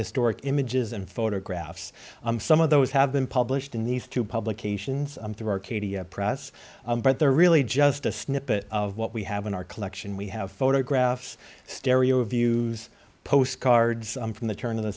historic images and photographs some of those have been published in these two publications through arcadia press but they're really just a snippet of what we have in our collection we have photographs stereo views postcards from the turn of the